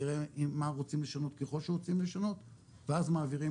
נראה מה רוצים לשנות ככל שרוצים לשנות ואז מעבירים